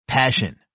Passion